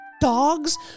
dogs